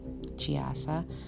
Chiasa